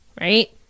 right